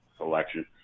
election